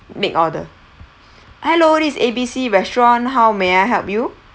make order hello this is A B C restaurant how may I help you